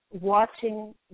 watching